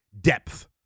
depth